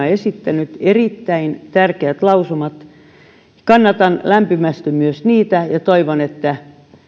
esittänyt erittäin tärkeät lausumat kannatan lämpimästi myös niitä ja toivon että